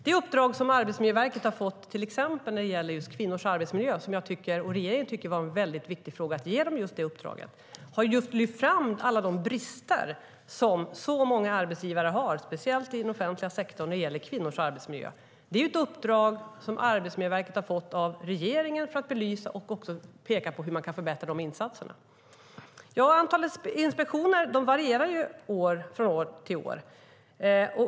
Det uppdrag som Arbetsmiljöverket har fått, till exempel när det gäller just kvinnors arbetsmiljö, som jag och regeringen tycker är ett väldigt viktigt uppdrag, har lyft fram alla de brister som många arbetsgivare har när det gäller kvinnors arbetsmiljö, speciellt i den offentliga sektorn. Det är ett uppdrag som Arbetsmiljöverket har fått av regeringen för att belysa och peka på hur man kan förbättra insatserna. Antalet inspektioner varierar år från år.